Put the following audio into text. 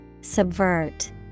Subvert